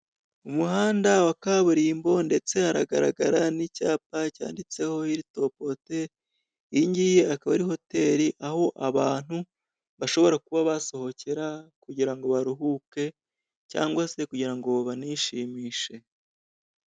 Umuhanda wa kaburimbo, ndetse hagaragara n'icyapa cyanditseho hiritopu hoteli, iyingiyi akaba ari hoteli, aho abantu bashobora kuba basohokera kugira ngo baruhuke, cyangwa se kugira ngo banishimishe.